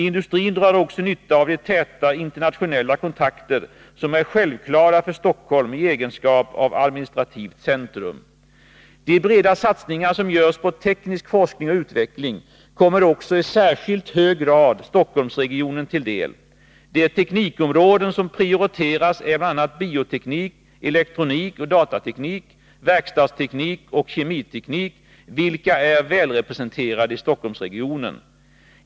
Industrin drar också nytta av de täta internationella kontakter som är självklara för De breda satsningar som görs på teknisk forskning och utveckling kommer också i särskilt hög grad Stockholmsregionen till del. De teknikområden som prioriteras är bl.a. bioteknik, elektronik och datateknik, verkstadsteknik och kemiteknik, vilka är väl representerade i Stockholmsregionen.